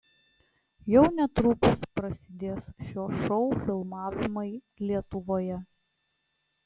jau netrukus prasidės šio šou filmavimai lietuvoje